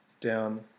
down